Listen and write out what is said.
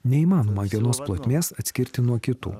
neįmanoma vienos plotmės atskirti nuo kitų